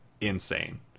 insane